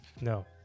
No